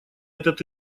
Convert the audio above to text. этот